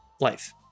life